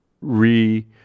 re